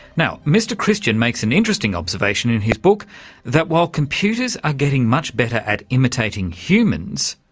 now mr christian makes an interesting observation in his book that while computers are getting much better at imitating humans,